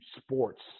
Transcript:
sports